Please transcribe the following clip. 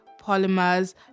polymers